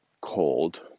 cold